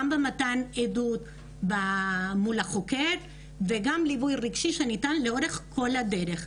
גם במתן העדות מול החוקר וגם ליווי רגשי שניתן לאורך כל הדרך.